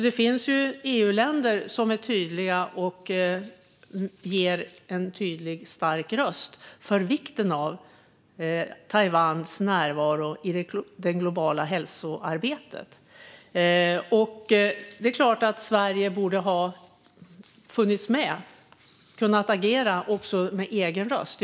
Det finns alltså EU-länder som är tydliga och talar med en tydlig, stark röst om vikten av Taiwans närvaro i det globala hälsoarbetet. Det är klart att Sverige borde ha funnits med och kunnat agera, också med egen röst.